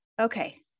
Okay